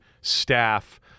staff